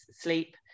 sleep